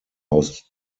aus